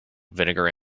vinegar